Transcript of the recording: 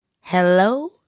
Hello